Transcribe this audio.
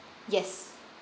yes